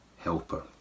helper